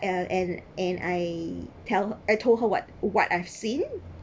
uh and and I tell I told her what what I've seen